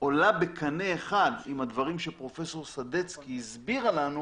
עולה בקנה אחד עם הדברים של פרופסור סדצקי הסבירה לנו,